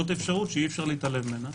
זאת אפשרות שאי אפשר להתעלם ממנה.